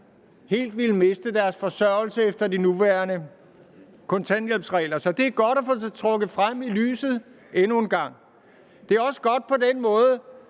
helt ville miste deres forsørgelse efter de nuværende kontanthjælpsregler. Så det er godt at få det trukket frem i lyset endnu en gang. Det er også godt på den måde,